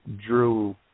drew